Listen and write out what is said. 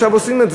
עכשיו עושים.